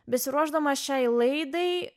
besiruošdama šiai laidai